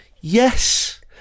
Yes